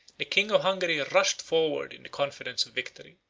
the king of hungary rushed forward in the confidence of victory,